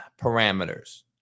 parameters